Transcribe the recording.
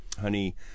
honey